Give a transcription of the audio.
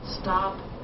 Stop